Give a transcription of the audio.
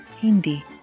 Hindi